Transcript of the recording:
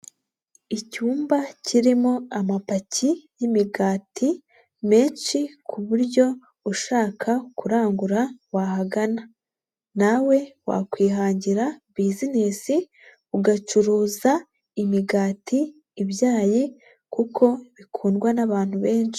Icyumba kirimo amapaki y'imigati menshi, ku buryo ushaka kurangura wahagana. Nawe wakwihangira bizinesi ugacuruza imigati, ibyayi, kuko bikundwa n'abantu benshi.